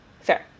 Fair